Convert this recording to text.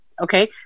okay